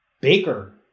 Baker